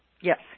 Yes